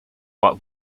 but